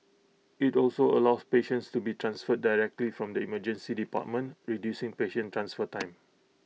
IT also allows patients to be transferred directly from the Emergency Department reducing patient transfer time